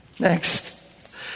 Next